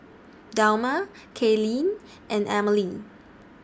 Delmar Kaylyn and Emelie